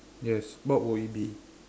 yes what will it be